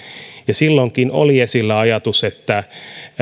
silloinkin oli esillä ajatus että